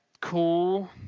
cool